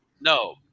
No